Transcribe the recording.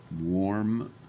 warm